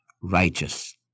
righteous